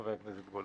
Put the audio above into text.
חבר הכנסת גולן.